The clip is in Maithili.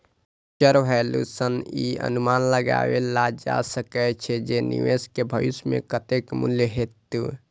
फ्यूचर वैल्यू सं ई अनुमान लगाएल जा सकै छै, जे निवेश के भविष्य मे कतेक मूल्य हेतै